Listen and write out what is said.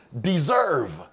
deserve